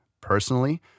personally